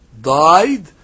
died